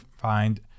find